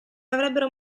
avrebbero